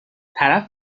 طرف